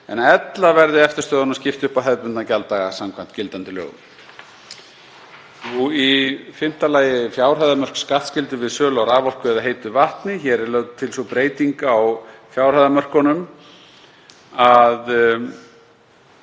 en ella verði eftirstöðvunum skipt á hefðbundna gjalddaga samkvæmt gildandi lögum. Í fimmta lagi eru það fjárhæðarmörk skattskyldu við sölu á raforku eða heitu vatni. Hér er lögð til sú breyting á fjárhæðarmörkum að